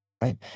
right